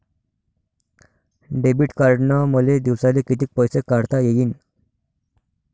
Debit कार्डनं मले दिवसाले कितीक पैसे काढता येईन?